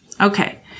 Okay